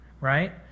right